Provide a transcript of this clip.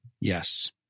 Yes